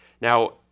Now